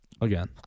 Again